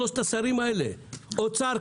שלושת השרים האלה: אוצר,